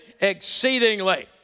exceedingly